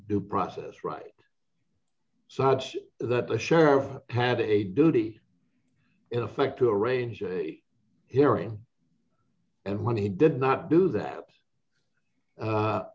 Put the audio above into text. due process right such that the sheriff had a duty in effect to arrange a hearing and when he did not do that